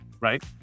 right